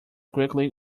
quickly